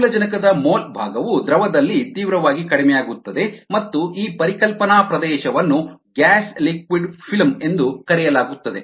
ಆಮ್ಲಜನಕದ ಮೋಲ್ ಭಾಗವು ದ್ರವದಲ್ಲಿ ತೀವ್ರವಾಗಿ ಕಡಿಮೆಯಾಗುತ್ತದೆ ಮತ್ತು ಈ ಪರಿಕಲ್ಪನಾ ಪ್ರದೇಶವನ್ನು ಗ್ಯಾಸ್ ಲಿಕ್ವಿಡ್ ಫಿಲ್ಮ್ ಎಂದು ಕರೆಯಲಾಗುತ್ತದೆ